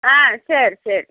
ஆ சரி சரி